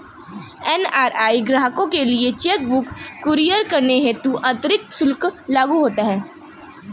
NRI ग्राहकों के लिए चेक बुक कुरियर करने हेतु अतिरिक्त शुल्क लागू होता है